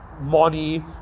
money